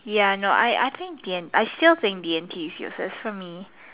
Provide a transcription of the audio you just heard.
ya no I I think D N~ I still think D and T is useless for me